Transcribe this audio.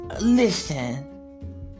listen